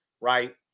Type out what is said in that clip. right